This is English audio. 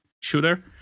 shooter